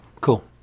Cool